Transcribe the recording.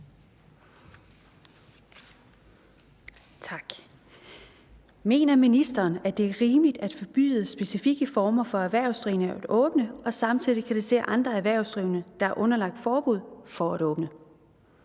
Tak. Mener ministeren, at det er rimeligt at forbyde specifikke former for erhvervsdrivende at åbne og samtidig kritisere andre erhvervsdrivende, der ikke er underlagt forbud, for at åbne?